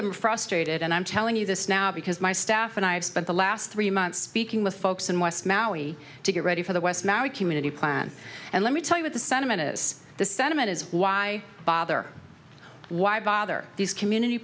them are frustrated and i'm telling you this now because my staff and i have spent the last three months speaking with folks in west maui to get ready for the west maui community plant and let me tell you what the sentiment is the sentiment is why bother why bother these community